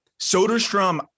Soderstrom